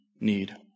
need